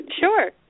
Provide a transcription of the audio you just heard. Sure